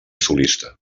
solista